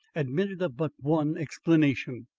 admitted of but one explanation.